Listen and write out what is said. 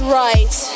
right